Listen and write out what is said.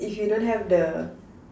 if you don't have the